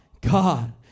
God